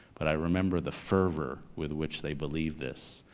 but i remember the fervor with which they believed this,